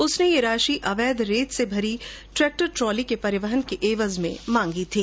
उसने ये राशि अवैध रेत से भरी ट्रेक्टरी ट्रोली के परिवहन की एवज में मांगी थी